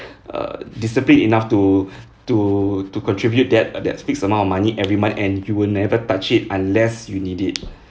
uh discipline enough to to to contribute that that fixed amount of money every month and you will never touch it unless you need it